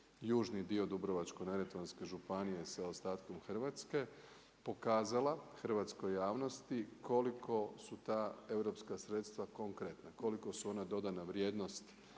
južni dio Dubrovačko-neretvanske županije sa ostatkom Hrvatske, pokazala hrvatskoj javnosti koliko su ta europska sredstva konkretna, koliko su ona dodana vrijednost